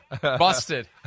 Busted